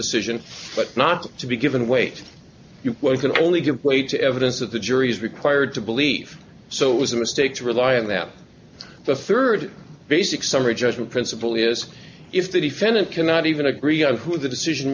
decision but not to be given weight you can only give weight to evidence that the jury is required to believe so it was a mistake to rely on that the third basic summary judgment principle is if the defendant cannot even agree on who the decision